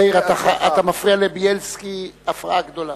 מאיר, אתה מפריע לבילסקי הפרעה גדולה.